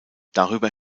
darüber